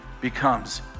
becomes